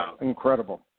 Incredible